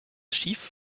schiff